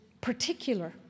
particular